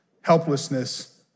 helplessness